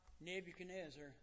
Nebuchadnezzar